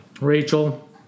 Rachel